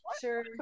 Sure